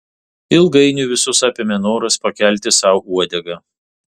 ilgainiui visus apėmė noras pakelti sau uodegą